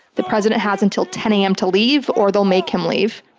the president has until ten am to leave, or they'll make him leave.